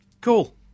cool